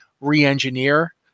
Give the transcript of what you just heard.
re-engineer